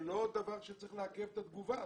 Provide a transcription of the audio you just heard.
זה לא דבר שצריך לעכב את התגובה,